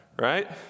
right